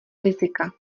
rizika